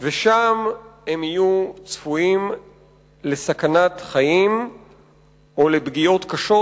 ושם הם יהיו צפויים לסכנת חיים או לפגיעות קשות,